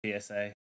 PSA